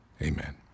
amen